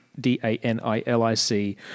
D-A-N-I-L-I-C